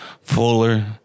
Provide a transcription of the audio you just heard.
fuller